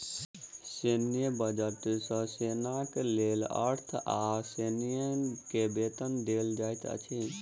सैन्य बजट सॅ सेनाक लेल अस्त्र आ सैनिक के वेतन देल जाइत अछि